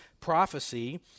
prophecy